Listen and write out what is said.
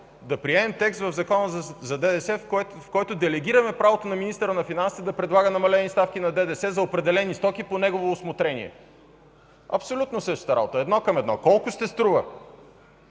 да приемем текст в Закона за ДДС, с който делегираме правото на министъра на финансите да предлага намалени такси на ДДС за определени стоки по негово усмотрение. Абсолютно същата работа е, едно към едно. Колко ще струва?